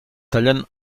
tallen